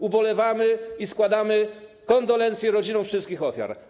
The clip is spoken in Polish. Ubolewamy i składamy kondolencje rodzinom wszystkich ofiar.